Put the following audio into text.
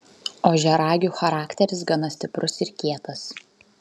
ožiaragių charakteris gana stiprus ir kietas